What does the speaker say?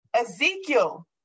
Ezekiel